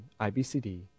IBCD